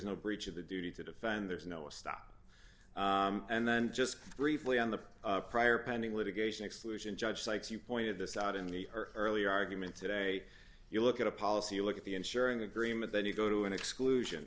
no breach of the duty to defend there's no stop and then just briefly on the prior pending litigation exclusion judge cites you pointed this out in the earlier argument today you look at a policy you look at the ensuring agreement then you go to an exclusion